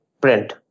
print